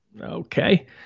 okay